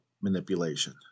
manipulation